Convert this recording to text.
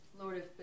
Lord